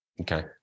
Okay